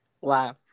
Wow